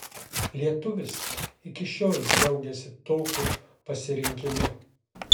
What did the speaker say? lietuvis iki šiol džiaugiasi tokiu pasirinkimu